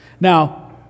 Now